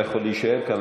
אתה יכול להישאר כאן.